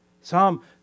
Psalm